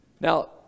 Now